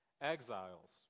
exiles